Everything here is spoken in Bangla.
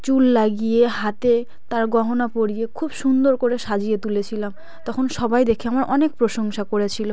চুল লাগিয়ে হাতে তার গহনা পরিয়ে খুব সুন্দর করে সাজিয়ে তুলেছিলাম তখন সবাই দেখে আমার অনেক প্রশংসা করেছিল